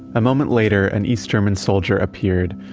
a moment later, an east german soldier appeared,